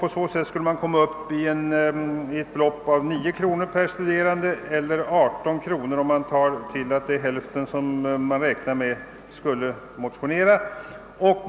Därigenom skulle beloppet bli 9 kronor per studerande eller 18 kronor om man räknar med att hälften av dem motionerar.